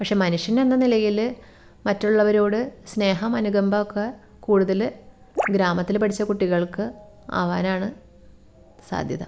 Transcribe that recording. പക്ഷേ മനുഷ്യൻ എന്ന നിലയിൽ മറ്റുള്ളവരോട് സ്നേഹം അനുകമ്പ ഒക്കെ കൂടുതൽ ഗ്രാമത്തിൽ പഠിച്ച കുട്ടികൾക്ക് ആവാനാണ് സാധ്യത